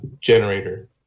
generator